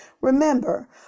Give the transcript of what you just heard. Remember